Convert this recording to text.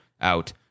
out